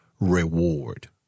reward